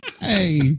Hey